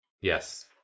Yes